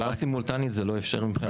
בצורה סימולטנית זה לא אפשרי מבחינה לוגיסטית.